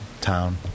town